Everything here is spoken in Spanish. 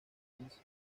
maíz